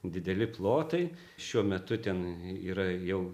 dideli plotai šiuo metu ten yra jau